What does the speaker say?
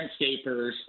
landscapers